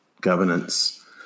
governance